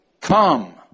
Come